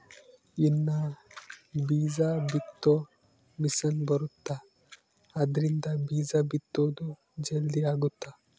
ಇನ್ನ ಬೀಜ ಬಿತ್ತೊ ಮಿಸೆನ್ ಬರುತ್ತ ಆದ್ರಿಂದ ಬೀಜ ಬಿತ್ತೊದು ಜಲ್ದೀ ಅಗುತ್ತ